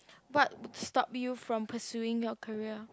what stop you from pursuing your career